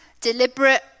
deliberate